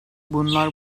bunlar